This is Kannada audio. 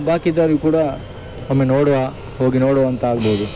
ಬಾಕಿದವ್ರಿಗೆ ಕೂಡ ಒಮ್ಮೆ ನೋಡುವ ಹೋಗಿ ನೋಡುವಂತಾಗ್ಬೌದು